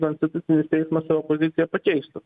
konstitucinis teismas savo poziciją pakeistų